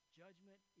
judgment